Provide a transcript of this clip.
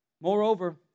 Moreover